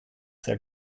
sehr